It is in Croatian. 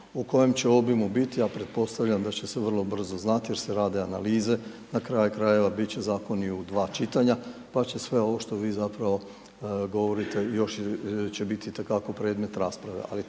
U kojem će obimu biti, ja pretpostavljam da će se vrlo brzo znati jer se rade analize, na kraju krajeva bit će zakoni u dva čitanja, pa će sve ovo što vi zapravo govorite još će biti itekako predmet rasprave.